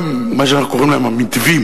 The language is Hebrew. מה שאנחנו קוראים להם "המתווים".